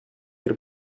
bir